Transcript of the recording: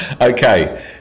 Okay